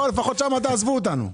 לפחות שם תעזבו אותנו.